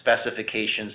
specifications